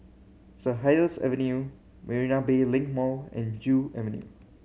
Saint Helier's Avenue Marina Bay Link Mall and Joo Avenue